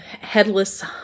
headless